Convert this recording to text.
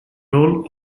role